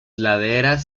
laderas